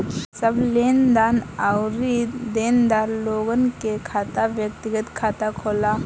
सब लेनदार अउरी देनदार लोगन के खाता व्यक्तिगत खाता होला